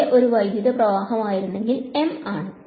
J ഒരു വൈദ്യുത പ്രവാഹമായിരുന്നെങ്കിൽ M ആണ്